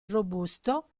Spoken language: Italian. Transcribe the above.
robusto